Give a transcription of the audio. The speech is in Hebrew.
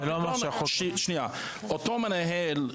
אותו מנהל,